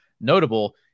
notable